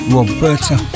Roberta